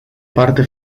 parte